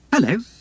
Hello